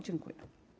Dziękuję.